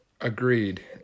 agreed